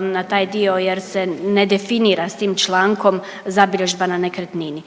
na taj dio jer se ne definira s tim člankom zabilježba na nekretnini,